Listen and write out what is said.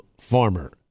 farmer